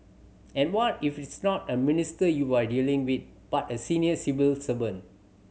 and what if it's not a minister you're dealing with but a senior civil servant